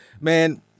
Man